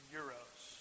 euros